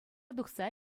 тухса